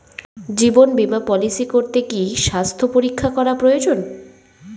জীবন বীমা পলিসি করতে কি স্বাস্থ্য পরীক্ষা করা প্রয়োজন?